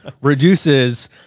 reduces